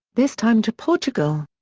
this time to portugal.